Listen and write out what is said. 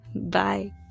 Bye